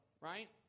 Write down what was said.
right